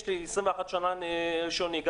יש לי 21 שנה רישיון נהיגה,